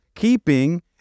Keeping